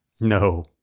No